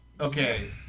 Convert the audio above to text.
okay